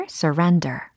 surrender